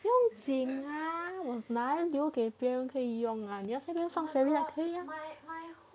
不用经啦留给别人可以用吗你要用 fairy lights 可以呀